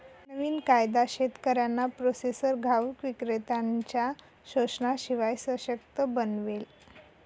नवीन कायदा शेतकऱ्यांना प्रोसेसर घाऊक विक्रेत्त्यांनच्या शोषणाशिवाय सशक्त बनवेल